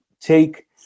take